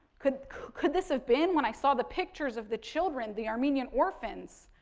could could this have been, when i saw the pictures of the children, the armenian orphans,